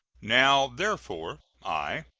now, therefore, i,